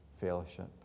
fellowship